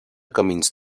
camins